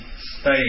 stay